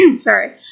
sorry